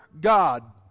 God